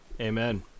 Amen